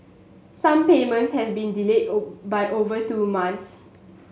some payments have been delayed by over two months